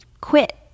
quit